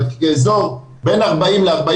אבל זה באזור של 40%-45%